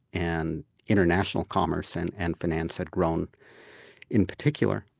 and international commerce and and finance had grown in particular.